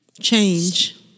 Change